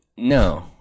No